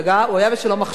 הוא היה ב"שלום עכשיו",